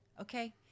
Okay